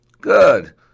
good